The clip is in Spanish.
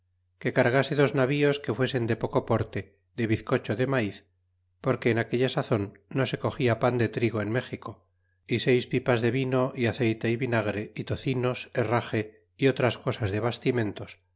que cargase dos navíos que fuesen de poco porte de bizcocho de maiz porque en aquella sazon no se cogia pan de trigo en méxico y seis pipas de vino y aceyte y vinagre y tocinos herrage y otras cosas de bastimentes